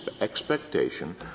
expectation